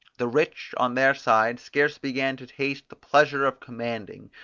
the rich on their side scarce began to taste the pleasure of commanding,